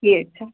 ٹھیٖک چھُ